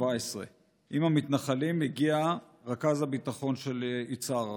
17. עם המתנחלים הגיע רכז הביטחון של יצהר,